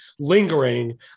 lingering